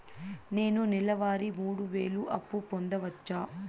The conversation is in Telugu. నేను నెల వారి మూడు వేలు అప్పు పొందవచ్చా?